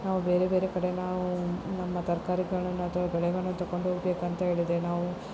ನಾವು ಬೇರೆ ಬೇರೆ ಕಡೆ ನಾವು ನಮ್ಮ ತರಕಾರಿಗಳನ್ನು ಅಥವಾ ಬೆಳೆಗಳನ್ನು ತಕೊಂಡು ಹೋಗಬೇಕಂತ ಹೇಳಿದರೆ ನಾವು